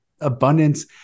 abundance